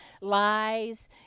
lies